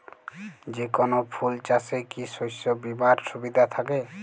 যেকোন ফুল চাষে কি শস্য বিমার সুবিধা থাকে?